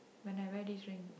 when I wear this ring